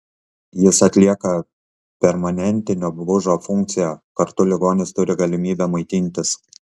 jis atlieka permanentinio bužo funkciją kartu ligonis turi galimybę maitintis